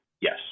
Yes